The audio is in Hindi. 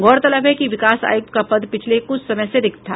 गौरतलब है कि विकास आयुक्त का पद पिछले कुछ समय से रिक्त था